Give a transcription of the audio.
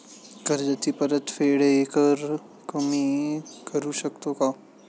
कर्जाची परतफेड एकरकमी करू शकतो का?